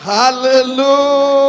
Hallelujah